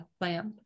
lamp